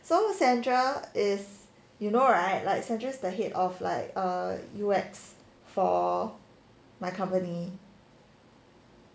so sandra is you know right like sandra's the head of like err U_X for my company